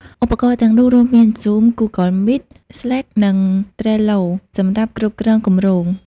ឧបករណ៍ទាំងនោះរួមមាន Zoom, Google Meet, Slack និង ត្រេលឡូ (Trello) សម្រាប់គ្រប់គ្រងគម្រោង។